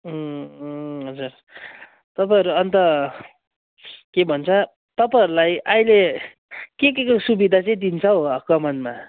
हजुर तपाईँहरू अन्त के भन्छ तपाईँहरूलाई अहिले के केको सुविधा चाहिँ दिन्छ हौ कमानमा